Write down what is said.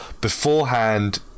beforehand